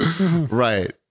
right